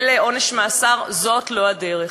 של עונש מאסר, זאת לא הדרך.